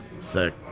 sick